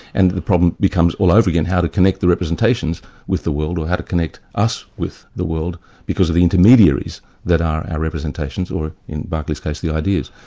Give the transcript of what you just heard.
and the problem becomes all over again, how to connect the representations with the world or how to connect us with the world because of the intermediaries that are our representations or in berkeley s case the ideas.